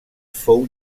fou